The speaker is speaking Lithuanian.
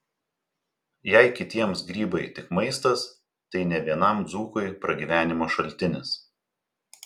jei kitiems grybai tik maistas tai ne vienam dzūkui pragyvenimo šaltinis